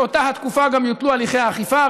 באותה תקופה גם יותלו הליכי האכיפה,